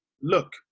look